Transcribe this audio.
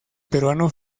peruano